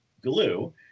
glue